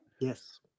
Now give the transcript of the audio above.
Yes